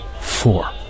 Four